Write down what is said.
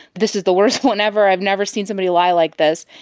this is the worst one ever, i've never seen somebody lie like this.